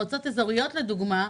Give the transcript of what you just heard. מועצות אזוריות לדוגמה,